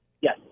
Yes